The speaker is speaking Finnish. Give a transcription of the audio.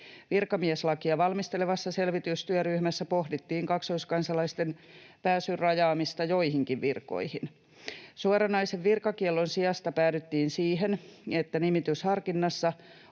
Virkamieslakia valmistelevassa selvitystyöryhmässä pohdittiin kaksoiskansalaisten pääsyn rajaamista joihinkin virkoihin. Suoranaisen virkakiellon sijasta päädyttiin siihen, että nimitysharkinnassa on